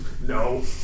no